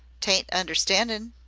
t ain't understanding!